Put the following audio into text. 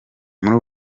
muri